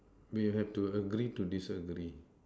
we have to agree to disagree